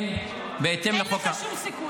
כן, בהתאם לחוק --- אין לך שום סיכוי.